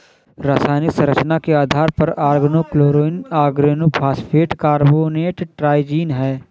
रासायनिक संरचना के आधार पर ऑर्गेनोक्लोरीन ऑर्गेनोफॉस्फेट कार्बोनेट ट्राइजीन है